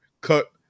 Cut